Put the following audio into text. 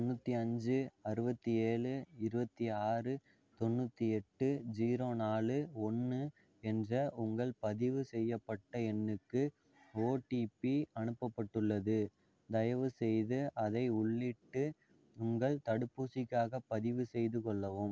தொண்ணூற்றி அஞ்சு அறுபத்தி ஏழு இருபத்தி ஆறு தொண்ணூற்றி எட்டு ஜீரோ நாலு ஒன்று என்ற உங்கள் பதிவு செய்யப்பட்ட எண்ணுக்கு ஓடிபி அனுப்பப்பட்டுள்ளது தயவுசெய்து அதை உள்ளிட்டு உங்கள் தடுப்பூசிக்காகப் பதிவுசெய்து கொள்ளவும்